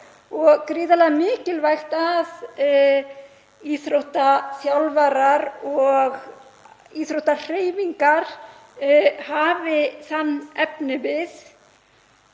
og gríðarlega mikilvægt að íþróttaþjálfarar og íþróttahreyfingar hafi þann efnivið.